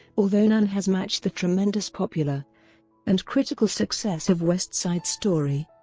although none has matched the tremendous popular and critical success of west side story.